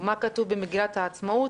ומה כתוב במגילת העצמאות?